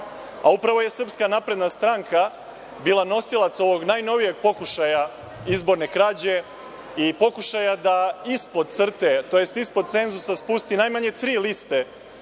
a upravo je SNS bila nosilac ovog najnovijeg pokušaja izborne krađe i pokušaja da ispod crte, tj. da ispod cenzusa spusti najmanje tri liste